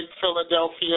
Philadelphia